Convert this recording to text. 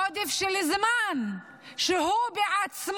עודף של זמן: הוא בעצמו,